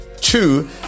Two